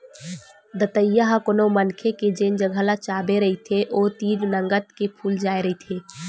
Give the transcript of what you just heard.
दतइया ह कोनो मनखे के जेन जगा ल चाबे रहिथे ओ तीर नंगत के फूल जाय रहिथे